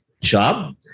job